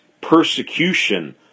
persecution